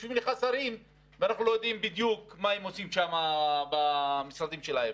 יושבים שרים ואנחנו לא יודעים בדיוק מה הם עושים שם במשרדים שלהם.